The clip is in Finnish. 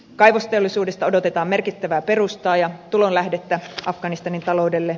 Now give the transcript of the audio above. kaivosteollisuudesta odotetaan merkittävää perustaa ja tulonlähdettä afganistanin taloudelle